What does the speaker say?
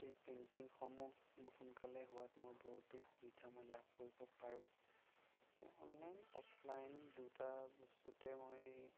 এই পেইন্টিংসমূহ মই সোনকালে হোৱাত মই বহুতো সুবিধা মই লাভ কৰিব পাৰোঁ সেয়া অনলাইন অফলাইন দুটা বস্তুতে মই